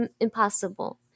Impossible